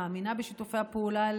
מאמינה בשיתופי הפעולה האלה.